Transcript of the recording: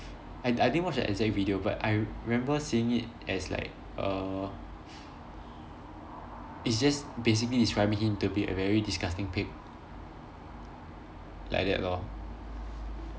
I d~ I didn't watch the exact video but I remember seeing it as like err it's just basically describing him to be a very disgusting pig like that lor